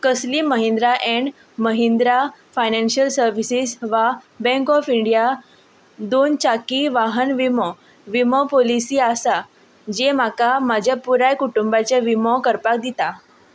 कसली Mahindra and Mahindra financial services वा bank of India दोन चाकी वाहन विमो विमो पॉलिसी आसा जी म्हाका म्हज्या पुराय कुटुंबाचे विमो करपाक दिता